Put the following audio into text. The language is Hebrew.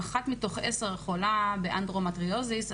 כשמפרסמים נתונים כאלה אנחנו נוביל את היחידות